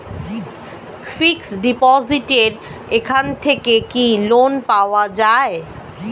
Fix ডিপোজিটের এখান থেকে কি লোন পাওয়া যায়?